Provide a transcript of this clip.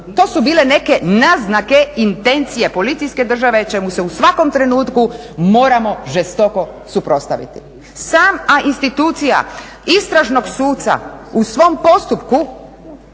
To su bile neke naznake intencije policijske države čemu se u svakom trenutku moramo žestoko suprotstaviti. Sama institucija istražnog suca u svom postupku